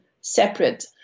separate